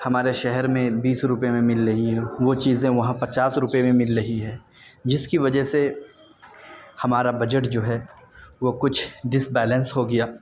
ہمارے شہر میں بیس روپئے میں مل رہی ہیں وہ چیزیں وہاں پچاس روپئے میں مل رہی ہے جس کی وجہ سے ہمارا بجٹ جو ہے وہ کچھ ڈسبیلنس ہو گیا